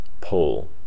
pull